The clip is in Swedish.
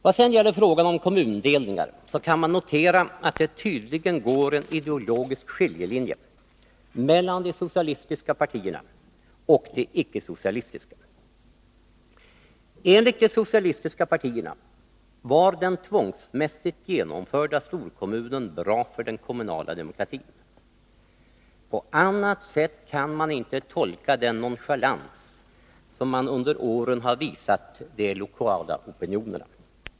Vad sedan gäller frågan om kommundelningar kan man notera att det tydligen går en ideologisk skiljelinje mellan de socialistiska partierna och de icke-socialistiska partierna. Enligt de socialistiska partierna var den tvångs ; mässigt genomförda storkommunreformen bra för den kommunala demokratin. På annat sätt kan man inte tolka den nonchalans som under åren har visats de lokala opinionerna.